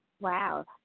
Wow